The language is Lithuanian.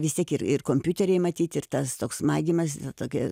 vis tiek ir ir kompiuteriai matyt ir tas toks maigymas ne tokia